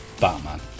Batman